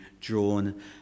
drawn